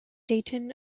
dayton